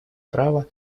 права